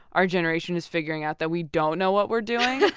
our generation is figuring out that we don't know what we're doing.